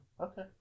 Okay